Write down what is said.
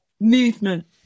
movement